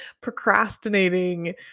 procrastinating